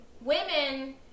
Women